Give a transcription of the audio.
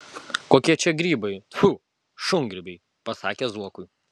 kokie čia grybai tfu šungrybiai pasakė zuokui